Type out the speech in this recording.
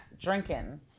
drinking